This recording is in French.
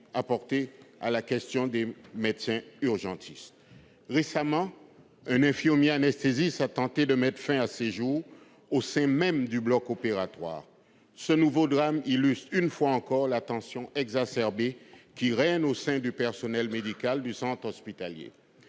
apportées aux difficultés des médecins urgentistes. Récemment, un infirmier-anesthésiste a tenté de mettre fin à ses jours au sein même du bloc opératoire. Ce nouveau drame illustre, une fois encore, la tension exacerbée qui règne au sein du personnel médical du centre hospitalier.